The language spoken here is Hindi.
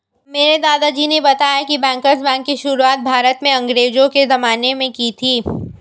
मेरे दादाजी ने बताया की बैंकर्स बैंक की शुरुआत भारत में अंग्रेज़ो के ज़माने में की थी